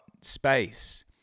space